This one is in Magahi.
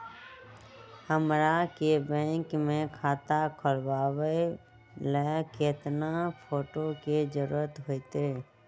हमरा के बैंक में खाता खोलबाबे ला केतना फोटो के जरूरत होतई?